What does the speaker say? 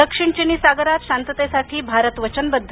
दक्षिण चिनी सागरात शांततेसाठी भारत वचनबद्ध